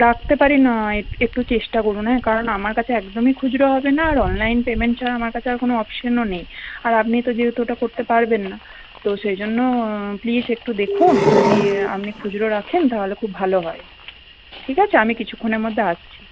রাখতে পারি নয় এক একটু চেষ্টা করুন হ্যাঁ কারণ আমার কাছে একদমই খুজরো হবে না আর অনলাইন পেমেন্ট ছাড়া আমার কাছে আর কোনো অপশানও নেই আর আপনি তো যেহেতু ওটা করতে পারবেন না তো সেই জন্য প্লিজ একটু দেখুন যদি আপনি খুচরো রাখেন তাহলে খুব ভালো হয় ঠিক আছে আমি কিছুক্ষণের মধ্যে আসছি